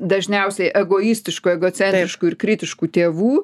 dažniausiai egoistiškų egocentriškų ir kritiškų tėvų